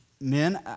men